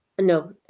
No